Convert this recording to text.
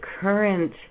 current